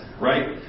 right